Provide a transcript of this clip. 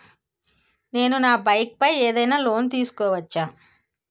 నేను నా బైక్ పై ఏదైనా లోన్ తీసుకోవచ్చా?